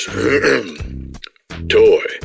Toy